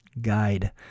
guide